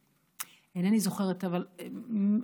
אינני זוכרת על ידי מי,